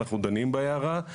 אנחנו דנים בהערה.